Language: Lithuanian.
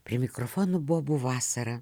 prie mikrofono bobų vasara